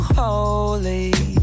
holy